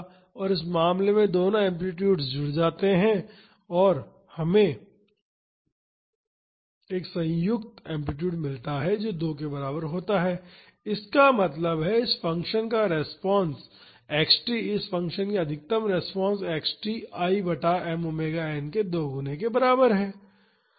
और इस मामले में दोनों एम्पलीटुडस जुड़ जाते हैं और हमें एक संयुक्त एम्पलीटूड मिलता है जो 2 के बराबर होता है इसका मतलब है इस फ़ंक्शन का रिस्पांस x t इस फ़ंक्शन की अधिकतम रिस्पांस x t I बटा m ओमेगा n के दोगुने के बराबर है